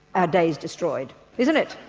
our day's destroyed isn't it,